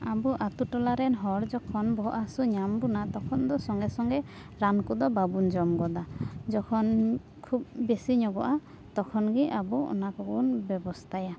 ᱟᱵᱚ ᱟᱛᱳ ᱴᱚᱞᱟ ᱨᱮᱱ ᱦᱚᱲ ᱡᱚᱠᱷᱚᱱ ᱵᱚᱦᱚᱜ ᱦᱟᱹᱥᱩ ᱧᱟᱢ ᱵᱚᱱᱟ ᱛᱚᱠᱷᱚᱱ ᱫᱚ ᱥᱚᱝᱜᱮ ᱥᱚᱝᱜᱮ ᱨᱟᱱ ᱠᱚᱫᱚ ᱵᱟᱵᱚᱱ ᱡᱚᱢ ᱜᱚᱫᱟ ᱡᱚᱠᱷᱚᱱ ᱠᱷᱩᱵ ᱵᱮᱥᱤ ᱧᱚᱜᱚᱜᱼᱟ ᱛᱚᱠᱷᱚᱱ ᱜᱤ ᱟᱵᱚ ᱚᱱᱟ ᱠᱚᱵᱚᱱ ᱵᱮᱵᱚᱛᱟᱭᱟ